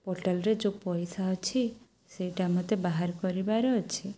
ପୋର୍ଟାଲ୍ରେ ଯେଉଁ ପଇସା ଅଛି ସେଇଟା ମୋତେ ବାହାର କରିବାର ଅଛି